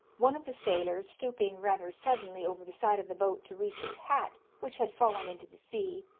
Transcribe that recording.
one of the sailors, stooping rather suddenly over the side of the boat to reach his hat, which had fallen into the sea,